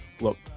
Look